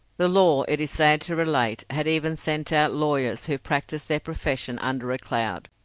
the law, it is sad to relate, had even sent out lawyers, who practised their profession under a cloud,